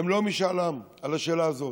הן לא משאל עם על השאלה הזאת,